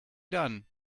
done